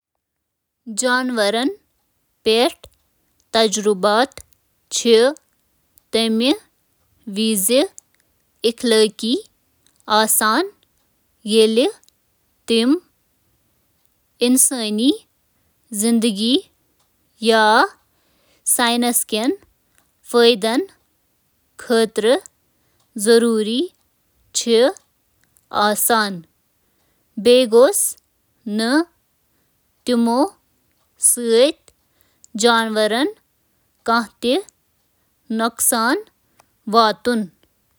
فی الحال، زیادٕ تر اخلٲقی رہنما خطوط چِھ اتھ مفروضس پیٹھ کٲم کران زِ جانورن ہنٛد تجربہٕ چُھ انسانن خاطرٕ اہم ممکنہٕ فأئدٕ کہ وجہ سۭتۍ جائز آسان۔